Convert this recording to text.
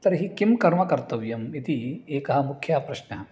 तर्हि किं कर्म कर्तव्यम् इति एकः मुख्यः प्रश्नः